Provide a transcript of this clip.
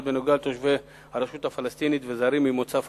בנוגע לתושבי הרשות הפלסטינית וזרים ממוצא פלסטיני.